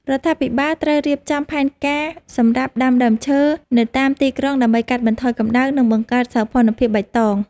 រដ្ឋាភិបាលត្រូវរៀបចំផែនការសម្រាប់ដាំដើមឈើនៅតាមទីក្រុងដើម្បីកាត់បន្ថយកម្តៅ និងបង្កើតសោភ័ណភាពបៃតង។